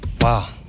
Wow